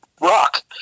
rock